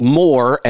more